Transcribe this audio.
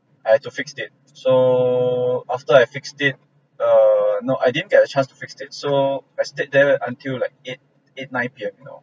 I had to fix it so after I fixed it err no I didn't get a chance to fix it so I stayed there until like eight eight nine P_M you know